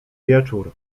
wieczór